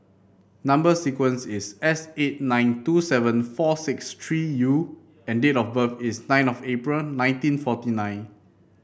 number sequence is S eight nine two seven four six three U and date of birth is nine of April nineteen forty nine